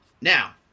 Now